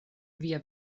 via